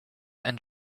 and